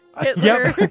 Hitler